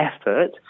effort